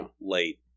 late